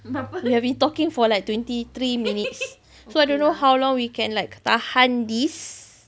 we have been talking for like twenty three minutes so I don't know how long we can like tahan this